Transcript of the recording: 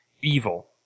evil